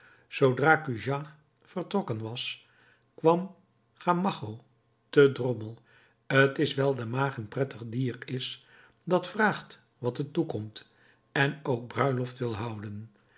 zoodra cujas vertrokken was kwam gamacho te drommel t is wijl de maag een prettig dier is dat vraagt wat het toekomt en ook bruiloft wil houden